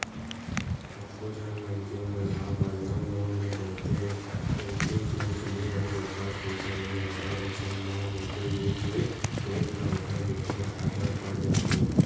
कतको झन मनखे मन ह पर्सनल लोन ले डरथे रहिथे बेंक ले अउ ओखर पइसा नइ भरय अइसन म होथे ये के बेंक ल ओखर जोखिम उठाय बर पड़ जाथे